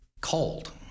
cold